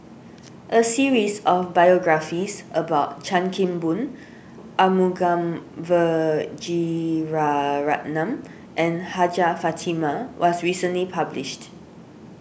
a series of biographies about Chan Kim Boon Arumugam Vijiaratnam and Hajjah Fatimah was recently published